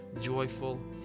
joyful